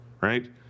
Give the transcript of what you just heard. right